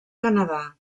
canadà